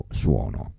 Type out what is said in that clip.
suono